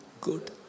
good